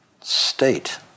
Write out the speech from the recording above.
state